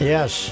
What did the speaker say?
Yes